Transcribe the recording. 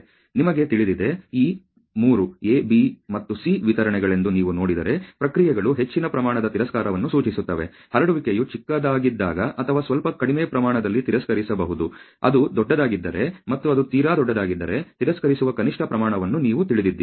ನಿಮಗೆ ತಿಳಿದಿದೆ ಈ 3 A B ಮತ್ತು C ವಿತರಣೆಗಳೆಂದು ನೀವು ನೋಡಿದರೆ ಪ್ರಕ್ರಿಯೆಗಳು ಹೆಚ್ಚಿನ ಪ್ರಮಾಣದ ತಿರಸ್ಕಾರವನ್ನು ಸೂಚಿಸುತ್ತವೆ ಹರಡುವಿಕೆಯು ಚಿಕ್ಕದಾಗಿದ್ದಾಗ ಅಥವಾ ಸ್ವಲ್ಪ ಕಡಿಮೆ ಪ್ರಮಾಣದಲ್ಲಿ ತಿರಸ್ಕರಿಸಬಹುದು ಅದು ದೊಡ್ಡದಾಗಿದ್ದರೆ ಮತ್ತು ಅದು ತೀರಾ ದೊಡ್ಡದಾಗಿದ್ದರೆ ತಿರಸ್ಕರಿಸುವ ಕನಿಷ್ಠ ಪ್ರಮಾಣವನ್ನು ನೀವು ತಿಳಿದಿದ್ದೀರಿ